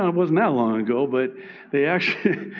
um wasn't that long ago. but they actually,